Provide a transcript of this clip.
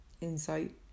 insight